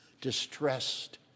distressed